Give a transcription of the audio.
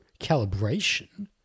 calibration